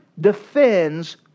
defends